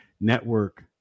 network